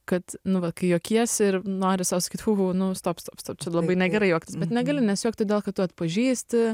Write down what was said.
kad nu va kai juokiesi ir nori sau sakyt fu fu nu stop stop stop čia labai negerai juoktis bet negaliu nes juok todėl kad tu atpažįsti